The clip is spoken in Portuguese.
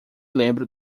lembro